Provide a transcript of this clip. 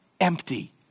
empty